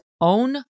Own